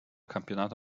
campionato